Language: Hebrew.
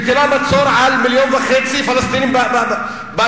מטילה מצור על מיליון וחצי פלסטינים בעזה,